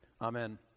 Amen